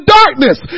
darkness